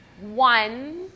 One